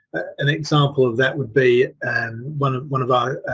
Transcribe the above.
an example of that would be one one of our